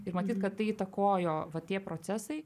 ir matyt kad tai įtakojo va tie procesai